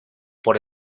por